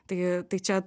tai tai čia